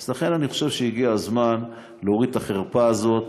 לכן, אני חושב שהגיע הזמן להוריד את החרפה הזאת.